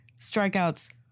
strikeouts